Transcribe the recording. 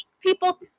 people